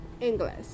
English